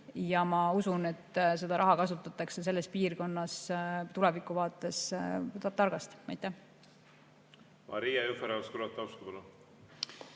Ja ma usun, et seda raha kasutatakse selles piirkonnas tuleviku vaates targasti. Maria